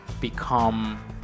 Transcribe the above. become